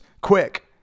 Quick